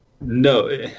no